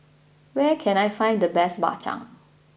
where can I find the best Bak Chang